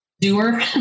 doer